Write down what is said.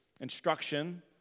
instruction